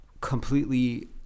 completely